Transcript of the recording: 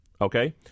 Okay